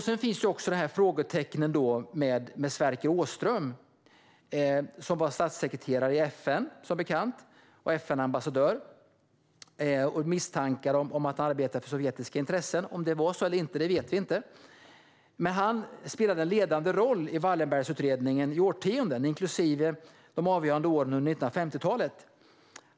Sedan finns det frågetecken gällande Sverker Åström, som var kabinettssekreterare och FN-ambassadör, som bekant. Det finns misstankar om att han arbetade för sovjetiska intressen. Om det var så eller inte vet vi inte. Han spelade en ledande roll i Wallenbergutredningen i årtionden, inklusive under de avgörande åren på 1950-talet.